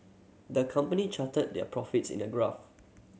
the company charted their profits in a graph